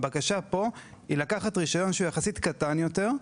הבקשה פה היא לקחת רישיון שהוא יחסית קטן יותר,